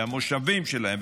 המושבים שלהם,